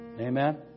Amen